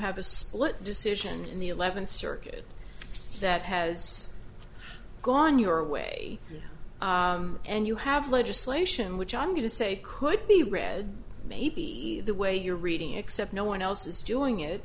have a split decision in the eleventh circuit that has gone your way and you have legislation which i'm going to say could be read maybe the way you're reading except no one else is doing it